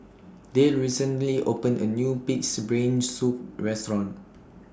Dayle recently opened A New Pig'S Brain Soup Restaurant